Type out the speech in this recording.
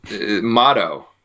motto